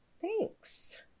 Thanks